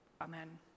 Amen